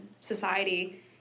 society